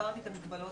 הסברתי את המגבלות.